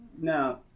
Now